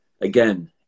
again